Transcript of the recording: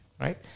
right